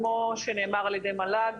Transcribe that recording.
כמו שנאמר על ידי מל"ג,